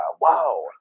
wow